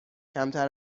کمتر